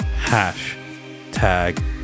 Hashtag